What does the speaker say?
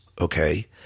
okay